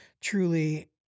truly